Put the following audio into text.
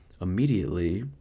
immediately